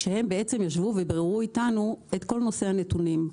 כשהם ישבו וביררו איתנו את כל נושא הנתונים.